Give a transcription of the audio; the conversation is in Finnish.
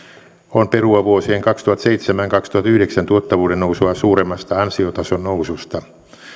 on perua vuosien kaksituhattaseitsemän viiva kaksituhattayhdeksän tuottavuuden nousua suuremmasta ansiotason noususta